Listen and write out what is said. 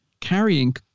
carrying